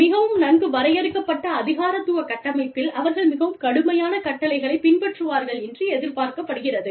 மிகவும் நன்கு வரையறுக்கப்பட்ட அதிகாரத்துவ கட்டமைப்பில் அவர்கள் மிகவும் கடுமையான கட்டளைகளைப் பின்பற்றுவார்கள் என்று எதிர்பார்க்கப்படுகிறது